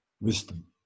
wisdom